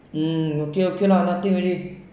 um okay okay lah nothing already